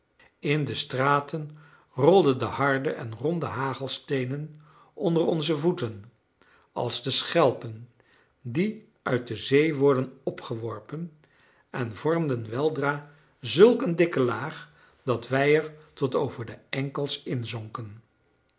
in de straten rolden de harde en ronde hagelsteenen onder onze voeten als de schelpen die uit de zee worden opgeworpen en vormden weldra zulk een dikke laag dat wij er tot over de enkels inzonken